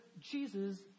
Jesus